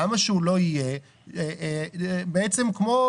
למה שהוא לא יהיה בעצם כמו